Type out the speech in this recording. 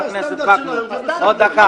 הכנסת וקנין, עוד דקה.